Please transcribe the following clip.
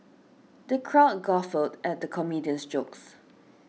the crowd guffawed at the comedian's jokes